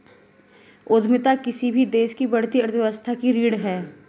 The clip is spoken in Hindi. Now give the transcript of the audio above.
उद्यमिता किसी भी देश की बढ़ती अर्थव्यवस्था की रीढ़ है